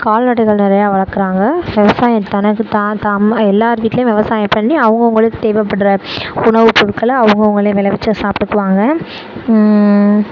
கால்நடைகள் நிறையா வளர்க்கறாங்க விவசாயம் தனக்கு தான் தான் எல்லார் வீட்டிலையும் விவசாயம் பண்ணி அவங்கவுங்களுக்கு தேவைப்பட்ற உணவு பொருட்களை அவங்கவுங்களே விளைவிச்சு சாப்பிட்டுக்குவாங்க